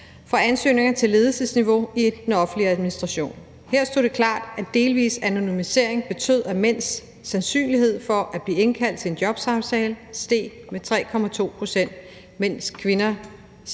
fra ansøgninger til ledelsesniveau i den offentlige administration. Her stod det klart, at delvis anonymisering betød, at mænds sandsynlighed for at blive indkaldt til en jobsamtale steg med 3,2 pct., mens kvinders